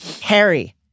Harry